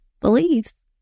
believes